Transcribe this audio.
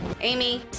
Amy